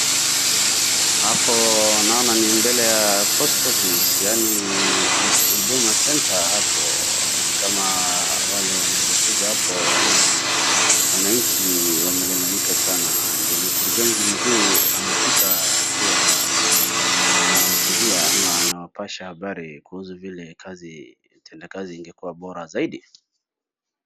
Hapo naona ni mbele ya post office yaani huduma centre hapo ni kama wale wanavyokuja hapo ama wananchi wamelalamika sana ndio mkurungezi mkuu amefika akiwa anahutubia ama anawapasha habari kuhusu vile kazi utendakazi ingekuwa bora zaidi.